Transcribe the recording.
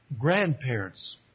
grandparents